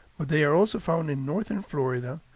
but they are also found in northern florida,